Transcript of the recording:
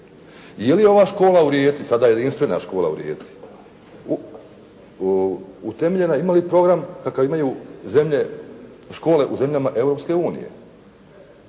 jeli ova škola u Rijeci sada jedinstvena škola u Rijeci, utemeljena ima li program kakav imaju škole u zemljama Europske unije?